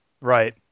Right